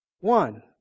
One